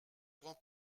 grand